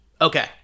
Okay